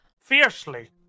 Fiercely